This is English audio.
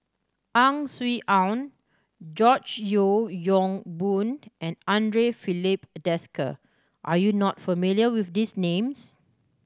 Ang Swee Aun George Yeo Yong Boon and Andre Filipe Desker are you not familiar with these names